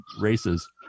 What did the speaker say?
races